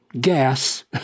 gas